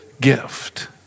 gift